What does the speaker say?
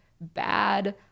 bad